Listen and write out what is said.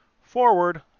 forward